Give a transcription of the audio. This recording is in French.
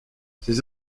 ses